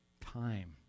time